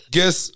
Guess